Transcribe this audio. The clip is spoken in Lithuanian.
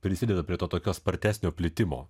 prisideda prie to tokio spartesnio plitimo